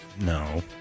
No